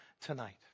tonight